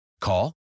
call